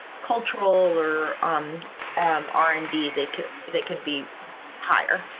cultural or um um r and d. they could that could be higher.